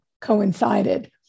coincided